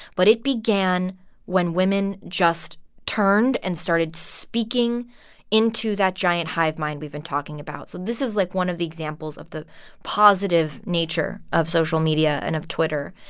but it began when women just turned and started speaking into that giant hive mind we've been talking about. so this is, like, one of the examples of the positive nature of social media and of twitter,